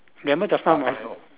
remember just now my